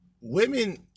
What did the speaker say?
women